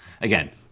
Again